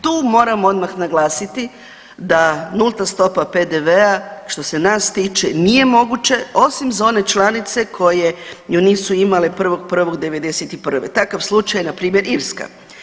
Tu moram odmah naglasiti da nulta stopa PDV što se nas tiče nije moguće osim za one članice koje ju nisu imale 1.1.'91., takav slučaj je npr. Irska.